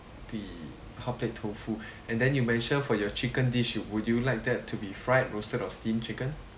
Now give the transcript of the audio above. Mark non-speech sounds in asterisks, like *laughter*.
the hot plate tofu *breath* and then you mention for your chicken dish would you like that to be fried roasted or steamed chicken